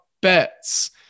bets